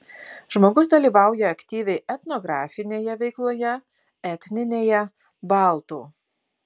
žmogus dalyvauja aktyviai etnografinėje veikloje etninėje baltų